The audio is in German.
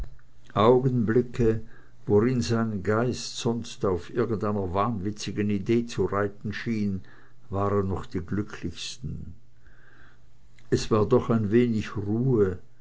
augenblicke worin sein geist sonst auf irgendeiner wahnwitzigen idee zu reiten schien waren noch die glücklichsten es war doch ein wenig ruhe